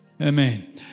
Amen